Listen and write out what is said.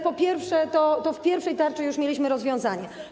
Po pierwsze, w pierwszej tarczy już mieliśmy rozwiązania.